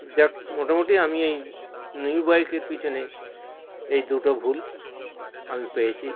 যাক মোটামুটি আমি এই নিউ বাইকের পিছনে এই দুটো ভুল আমি পেয়েছি